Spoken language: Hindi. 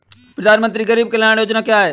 प्रधानमंत्री गरीब कल्याण योजना क्या है?